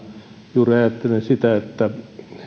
juuri ajattelin sitä että